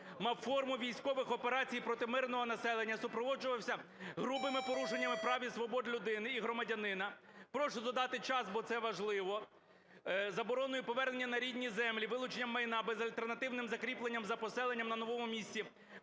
мав форму військових операцій проти мирного населення, супроводжувався грубими порушеннями прав і свобод людини і громадянина (прошу додати час, бо це важливо), забороною повернення на рідні землі, вилученням майна, безальтернативним закріпленням за поселенням на новому місці,